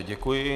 Děkuji.